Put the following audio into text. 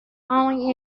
only